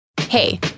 Hey